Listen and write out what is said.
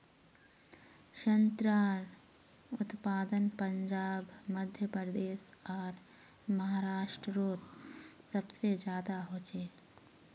संत्रार उत्पादन पंजाब मध्य प्रदेश आर महाराष्टरोत सबसे ज्यादा होचे